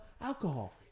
alcohol